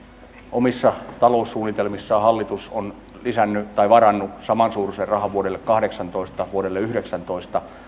omissa taloussuunnitelmissaan hallitus on varannut samansuuruisen rahan vuodelle kahdeksantoista vuodelle yhdeksäntoista